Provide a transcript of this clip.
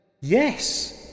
Yes